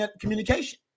communication